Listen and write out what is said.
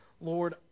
Lord